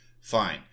fine